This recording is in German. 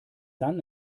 dann